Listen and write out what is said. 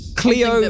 Cleo